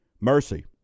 Mercy